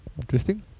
Interesting